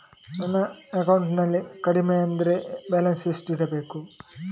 ನನ್ನ ಅಕೌಂಟಿನಲ್ಲಿ ಕಡಿಮೆ ಅಂದ್ರೆ ಬ್ಯಾಲೆನ್ಸ್ ಎಷ್ಟು ಇಡಬೇಕು?